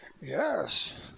Yes